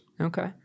Okay